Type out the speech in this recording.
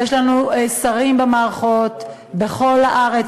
יש לנו שרים במערכות בכל הארץ,